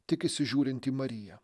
tik įsižiūrint į mariją